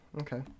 Okay